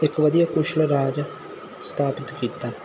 ਇੱਕ ਵਧੀਆ ਕੁਸ਼ਲ ਰਾਜ ਸਥਾਪਤ ਕੀਤਾ